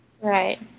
Right